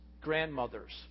grandmothers